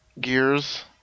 Gears